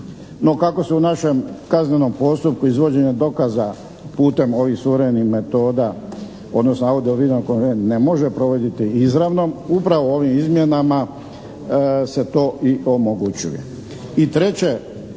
No kako se u našem kaznenom postupku izvođenja dokaza putem ovih suvremenih metoda odnosno audio videone konferencije ne može provoditi izravno, upravo ovim izmjenama se to i omogućuje.